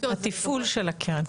התפעול של הקרן.